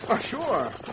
sure